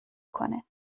کنه